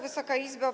Wysoka Izbo!